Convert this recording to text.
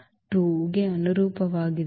ಗೆ ಅನುರೂಪವಾಗಿದೆ